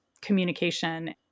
communication